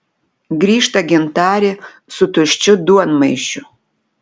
grįžta gintarė su tuščiu duonmaišiu